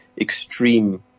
extreme